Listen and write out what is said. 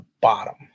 bottom